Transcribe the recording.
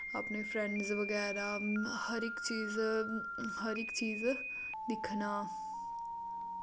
अपने फ्रैंड्स वगैरा हर इक चीज हर इक चीज दिक्खना